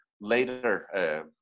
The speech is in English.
later